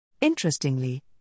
Interestingly